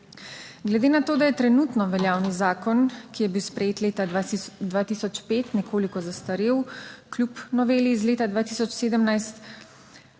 Glede na to, da je trenutno veljavni zakon, ki je bil sprejet leta 2005, nekoliko zastarel, kljub noveli iz leta 2017,